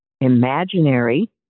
imaginary